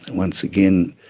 once again,